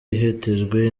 hitezwe